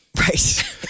Right